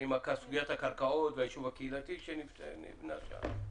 עם סוגיית הקרקעות והישוב הקהילתי שנבנה שם?